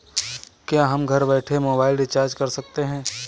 क्या हम घर बैठे मोबाइल रिचार्ज कर सकते हैं?